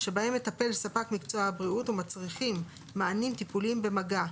שבהם מטפל ספק מקצוע הבריאות והמצריכים מענים טיפוליים במגע,